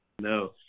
No